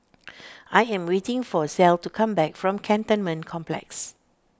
I am waiting for Clell to come back from Cantonment Complex